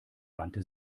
wandte